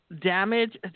damage